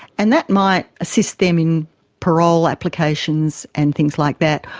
and that might assist them in parole applications and things like that,